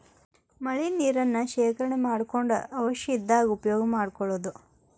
ಮಳಿ ನೇರನ್ನ ಶೇಕರಣೆ ಮಾಡಕೊಂಡ ಅವಶ್ಯ ಇದ್ದಾಗ ಉಪಯೋಗಾ ಮಾಡ್ಕೊಳುದು